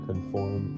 conform